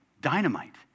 dynamite